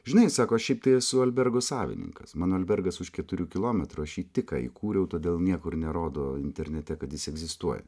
žinai sako šiaip tai esu albergo savininkas mano albergas už keturių kilometrų aš jį tik ką įkūriau todėl niekur nerodo internete kad jis egzistuoja